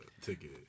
ticket